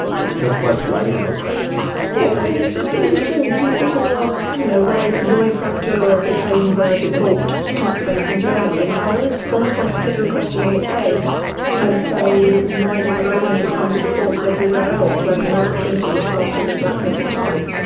it's just what writing looks like yes. i mean it's a strange thing. people sort of ask, you know why why fraktur became the default typeface in germany and i always almost want to flip the question on its head and say, why did roman become the default everywhere else when most printing started in blackletter type?